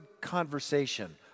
conversation